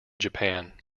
japan